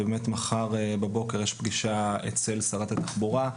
ובאמת מחר בבוקר יש פגישה אצל שרת התחבורה.